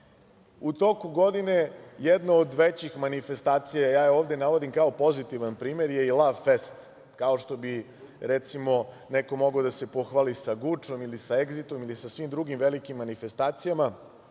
toku godine jedna od većih manifestacija, ja je ovde navodim kao pozitivan primer, je i Lavfest. Kao što bi recimo neko mogao da se pohvali sa Gučom ili sa Egzitom ili sa svim drugim velikim manifestacijama,